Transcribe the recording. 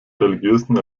religiösen